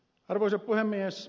arvoisa puhemies